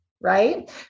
Right